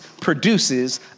produces